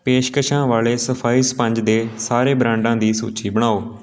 ਪੇਸ਼ਕਸ਼ਾਂ ਵਾਲੇ ਸਫਾਈ ਸਪੰਜ ਦੇ ਸਾਰੇ ਬ੍ਰਾਂਡਾਂ ਦੀ ਸੂਚੀ ਬਣਾਓ